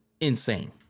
insane